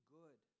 good